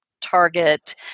target